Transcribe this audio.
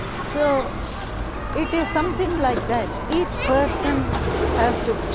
so it is something like that each person has to